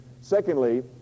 Secondly